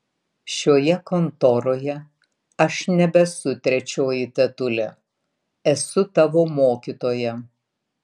šioje kontoroje aš nebesu trečioji tetulė esu tavo mokytoja